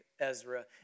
Ezra